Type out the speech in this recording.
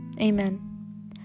Amen